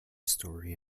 story